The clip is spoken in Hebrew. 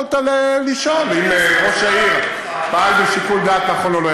יכולת לשאול אם ראש העיר פעל בשיקול דעת נכון או לא.